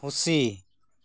ᱠᱷᱩᱥᱤ